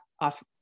off